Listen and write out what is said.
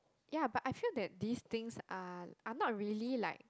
ya but I feel that these things are are not really like